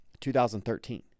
2013